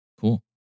cool